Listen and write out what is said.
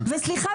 וסליחה,